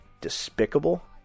despicable